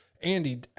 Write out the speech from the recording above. Andy